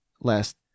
last